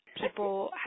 People